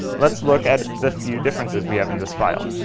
let's look at the few differences we have in this file.